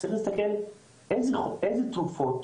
צריך להסתכל איזה תרופות